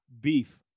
beef